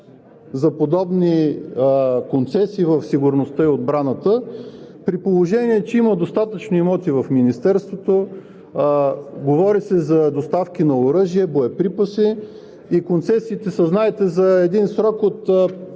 за подобни концесии в сигурността и отбраната, при положение че има достатъчно имоти в Министерството, говори се за доставки на оръжие, боеприпаси и концесиите са, знаете, за един срок от